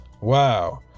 Wow